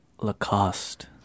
Lacoste